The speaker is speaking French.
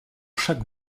chaque